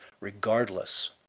regardless